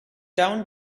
down